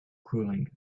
cooling